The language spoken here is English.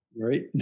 Right